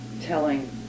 telling